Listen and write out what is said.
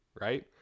right